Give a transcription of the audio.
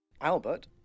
Albert